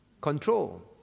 Control